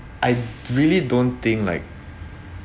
I'd really don't think like